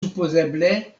supozeble